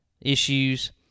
issues